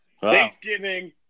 Thanksgiving